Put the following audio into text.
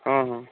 ହଁ ହଁ